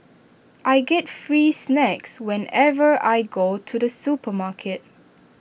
I get free snacks whenever I go to the supermarket